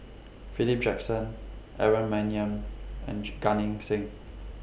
Philip Jackson Aaron Maniam and G Gan Eng Seng